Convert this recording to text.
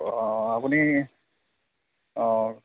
অঁ আপুনি অঁ